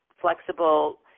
flexible